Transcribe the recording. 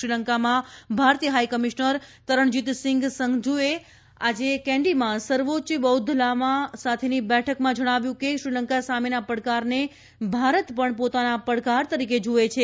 શ્રીલંકામાં ભારતીય હાઇકમિશનર તરણજીતસિંઘ સંઘુએ આજે કેન્ડીમાં સર્વોચ્ચ બૌદ્ધલામા સાથેની બેઠકમાં જણાવ્યું કે શ્રીલંકા સામેના પડકારને ભારત પણ પોતાના પડકાર તરીકે જુએ છે